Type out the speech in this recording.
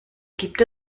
gibt